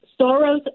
Soros